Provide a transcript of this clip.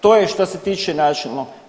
To je šta se tiče načelno.